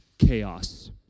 chaos